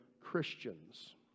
Christians